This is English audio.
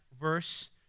verse